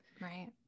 Right